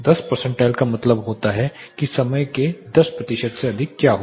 10 percentile का मतलब होता है कि समय के 10 प्रतिशत से अधिक क्या हो